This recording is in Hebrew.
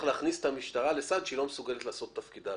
להכניס את המשטרה לסד שהיא לא מסוגלת לעשות את תפקידה.